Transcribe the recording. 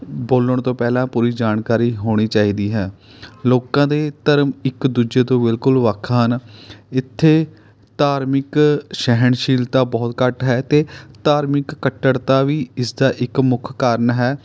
ਬੋਲਣ ਤੋਂ ਪਹਿਲਾਂ ਪੂਰੀ ਜਾਣਕਾਰੀ ਹੋਣੀ ਚਾਹੀਦੀ ਹੈ ਲੋਕਾਂ ਦੇ ਧਰਮ ਇੱਕ ਦੂਜੇ ਤੋਂ ਬਿਲਕੁਲ ਵੱਖ ਹਨ ਇੱਥੇ ਧਾਰਮਿਕ ਸਹਿਣਸ਼ੀਲਤਾ ਬਹੁਤ ਘੱਟ ਹੈ ਅਤੇ ਧਾਰਮਿਕ ਕੱਟੜਤਾ ਵੀ ਇਸਦਾ ਇੱਕ ਮੁੱਖ ਕਾਰਨ ਹੈ